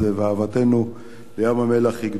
אהבתנו לים-המלח היא גדולה.